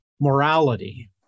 morality